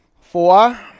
four